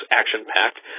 action-packed